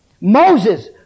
Moses